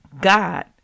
God